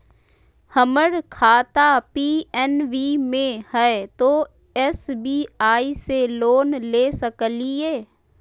हमर खाता पी.एन.बी मे हय, तो एस.बी.आई से लोन ले सकलिए?